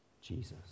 Jesus